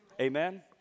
amen